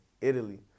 Italy